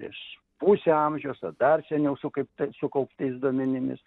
prieš pusę amžiaus o dar seniau sukaiptai sukauptais duomenimis